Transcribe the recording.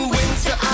winter